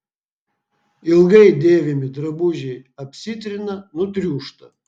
ilgai dėvimi drabužiai apsitrina nutriūšta